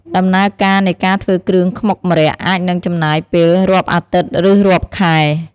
ដំណើរការនៃការធ្វើគ្រឿងខ្មុកម្រ័ក្សណ៍អាចនឹងចំណាយពេលរាប់អាទិត្យ ឬ រាប់ខែ។